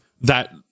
that-